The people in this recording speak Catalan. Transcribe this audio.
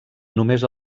només